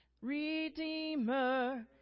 Redeemer